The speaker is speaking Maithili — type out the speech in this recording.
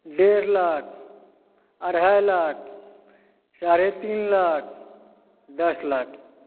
डेढ़ लाख अढ़ाई लाख साढ़े तीन लाख दस लाख